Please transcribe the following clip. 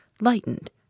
lightened